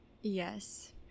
yes